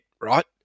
right